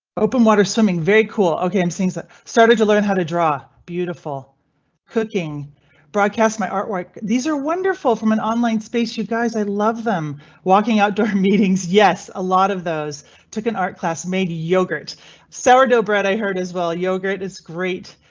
open water swimming. very cool, ok and things started to learn how to draw beautiful cooking broadcast my artwork. these are wonderful from an online space. you guys. i love them walking outdoor meetings. yes, a lot of those took an art class made yogurt sourdough bread i heard as well. yogurt is great.